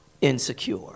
insecure